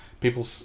people